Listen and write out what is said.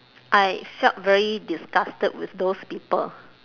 I felt very disgusted with those people